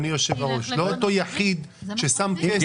לא אותו יחיד ששם כסף.